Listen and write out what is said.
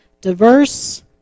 diverse